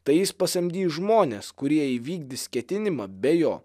tai jis pasamdys žmones kurie įvykdys ketinimą be jo